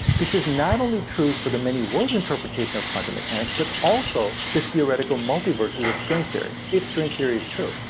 this is not only true for the many worlds interpretation of quantum mechanics, but also the theoretical multiverses of string theory, if string theory is true.